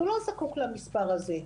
הוא לא זקוק למספר הזה.